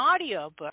Audiobook